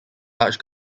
large